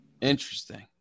interesting